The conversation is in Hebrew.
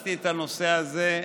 הכנסתי את הנושא הזה,